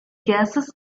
gases